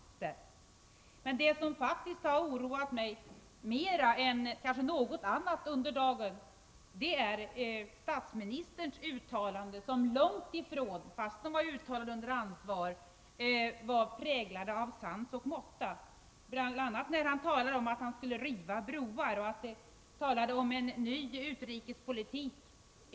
Det som under dagens debatt faktiskt har oroat mig mer än kanske något annat är statsministerns uttalanden, som långt ifrån — fastän de var sagda under ansvar — präglades av sans och måtta. Jag reagerade bl.a. när statsministern sade att han skulle riva broar och när han talade om en ny utrikespolitik.